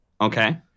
okay